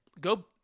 go